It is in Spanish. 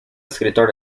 escritor